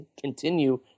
continue